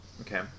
Okay